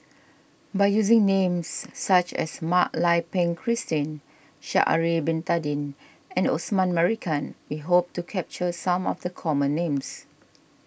by using names such as Mak Lai Peng Christine Sha'ari Bin Tadin and Osman Merican we hope to capture some of the common names